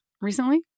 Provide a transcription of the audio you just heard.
recently